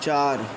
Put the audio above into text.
चार